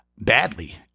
badly